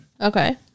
Okay